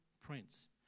prince